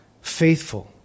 faithful